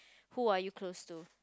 who are you close to